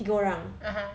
tiga orang